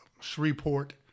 Shreveport